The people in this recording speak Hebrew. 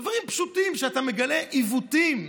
דברים פשוטים שאתה מגלה, עיוותים.